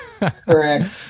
Correct